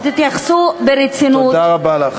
שתתייחסו ברצינות, תודה רבה לך.